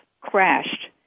crashed